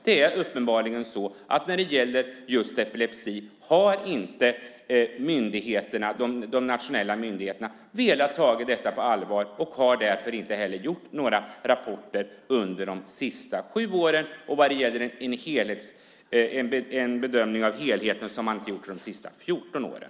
Det är uppenbarligen så att när det gäller just epilepsi har de nationella myndigheterna inte velat ta detta på allvar och har därför inte heller gjort några rapporter under de senaste sju åren. Och när det gäller en bedömning av helheten har man inte gjort det under de senaste 14 åren.